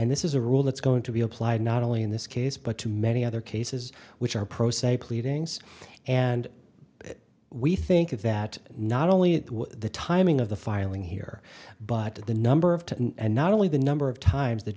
and this is a rule that's going to be applied not only in this case but to many other cases which are pro se pleadings and we think of that not only the timing of the filing here but the number of to and not only the number of times th